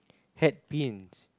hat pins